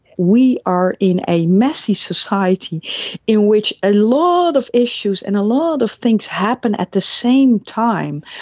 we are in a messy society in which a lot of issues and a lot of things happen at the same time.